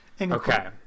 Okay